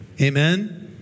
Amen